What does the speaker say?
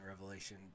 Revelation